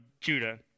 Judah